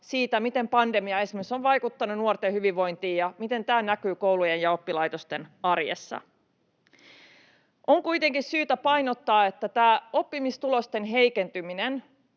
esimerkiksi pandemia on vaikuttanut nuorten hyvinvointiin ja miten tämä näkyy koulujen ja oppilaitosten arjessa. On kuitenkin syytä painottaa, että tämä oppimistulosten heikentyminen